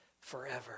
forever